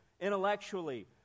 Intellectually